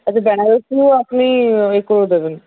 আচ্ছা বেনারসিরও আপনি ওই করে দেবেন